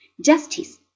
Justice